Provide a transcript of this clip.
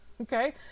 Okay